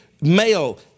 male